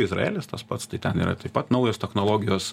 izraelis tas pats tai ten yra taip pat naujos technologijos